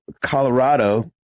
Colorado